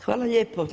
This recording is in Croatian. Hvala lijepo.